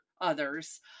others